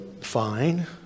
fine